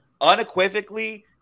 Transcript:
Unequivocally